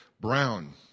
brown